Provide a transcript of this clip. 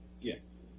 Yes